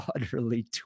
utterly